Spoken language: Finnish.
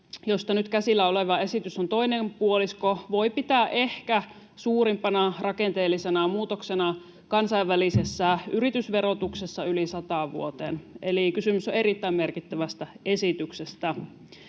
josta nyt käsillä oleva esitys on toinen puolisko, voi pitää ehkä suurimpana rakenteellisena muutoksena kansainvälisessä yritysverotuksessa yli sataan vuoteen, eli kysymys on erittäin merkittävästä esityksestä.